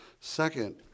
Second